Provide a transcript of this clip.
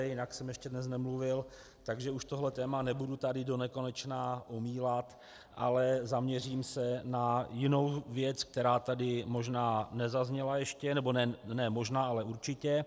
Jinak jsem ještě dnes nemluvil, takže už tohle téma nebudu tady donekonečna omílat, ale zaměřím se na jinou věc, která tady možná ještě nezazněla, ne možná, ale určitě.